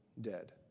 dead